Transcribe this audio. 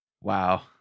Wow